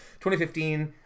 2015